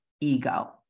ego